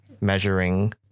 measuring